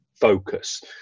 focus